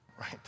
Right